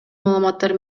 маалыматтар